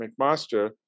McMaster